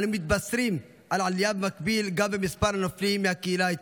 אנו מתבשרים על עלייה במקביל גם במספר הנופלים מהקהילה האתיופית,